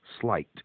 Slight